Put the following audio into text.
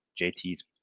JT's